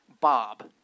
Bob